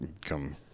come